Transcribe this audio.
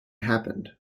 happened